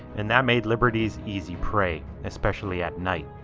and that made liberty's easy prey, especially at night.